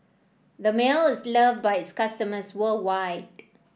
Dermale is love by its customers worldwide